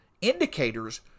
indicators